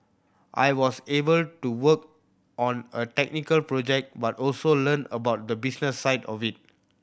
I was able to work on a technical project but also learn about the business side of it